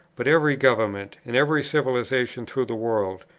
but every government and every civilization through the world,